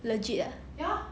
legit ah